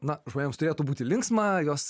na žmonėms turėtų būti linksma jos